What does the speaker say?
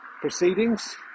proceedings